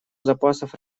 запасов